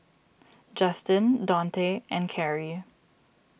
Justin Donte and Carey